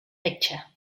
picture